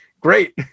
Great